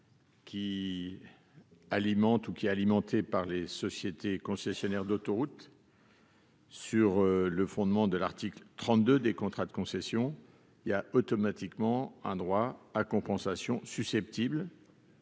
dispositif, qui est alimenté par les sociétés concessionnaires d'autoroute sur le fondement de l'article 32 des contrats de concession, il y a automatiquement un droit à compensation susceptible